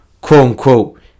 quote-unquote